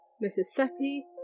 Mississippi